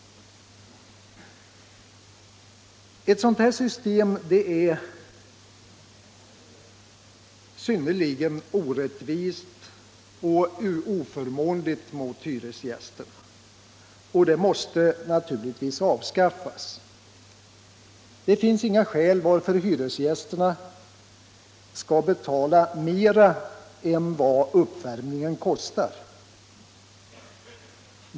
Ett sådant här system är synnerligen orättvist och oförmånligt för hyresgästerna, och det måste naturligtvis avskaffas. Det finns inga skäl till att hyresgästerna skall betala mer än uppvärmningen kostar.